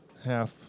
half